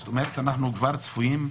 זאת אומרת, אנחנו כבר צפויים,